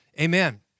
Amen